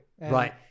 Right